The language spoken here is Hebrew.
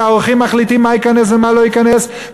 כי העורכים מחליטים מה ייכנס ומה לא ייכנס.